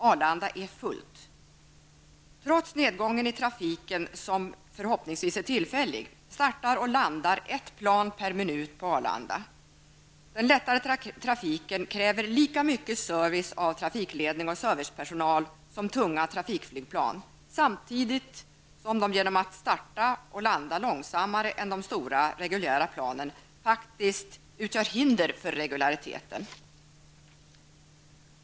Arlanda är fullt. Trots nedgången i trafiken, som förhoppningsvis är tillfällig, startar och landar ett plan per minut på Arlanda. De lättare planen kräver lika mycket service av trafikledning och servicepersonal som tunga trafikflygplan, samtidigt som de genom att starta och landa långsammare än de stora reguljära planen faktiskt utgör hinder för regulariteten.